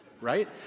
right